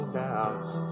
doubts